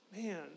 Man